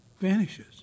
vanishes